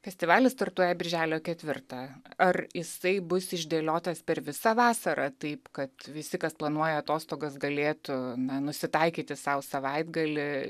festivalis startuoja birželio ketvirtą ar jisai bus išdėliotas per visą vasarą taip kad visi kas planuoja atostogas galėtų nusitaikyti sau savaitgalį